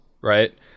right